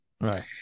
right